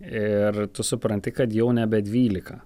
ir tu supranti kad jau nebe dvylika